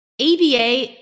ABA